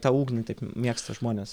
tą ugnį taip mėgsta žmonės